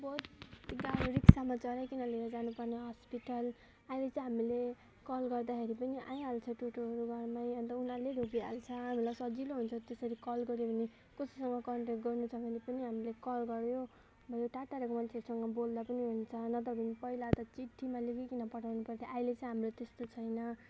बहुत गा रिक्सामा चढाइकन लिएर जानुपर्ने हस्पिटल अहिले चाहिँ हामीले कल गर्दाखेरि पनि आइहाल्छ टोटोहरू घरमै अन्त उनीहरूले लगिहाल्छ हामीलाई सजिलो हुन्छ त्यसरी कल गर्यो भने कसैसँग कन्ट्याक्ट गर्नु छ भने पनि हामीले कल गर्यो भएन टाढो टाढाको मान्छेसँग बोल्दा पनि हुन्छ नत्र भने पहिला त चिठीमा लेखिकन पठाउनु पर्थ्यो अहिले चाहिँ हाम्रो त्यस्तो छैन